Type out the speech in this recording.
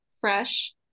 fresh